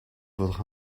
votre